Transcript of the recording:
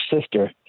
sister